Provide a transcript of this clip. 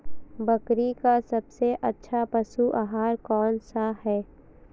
बकरी का सबसे अच्छा पशु आहार कौन सा है?